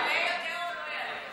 יעלה יותר או לא יעלה יותר?